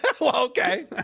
Okay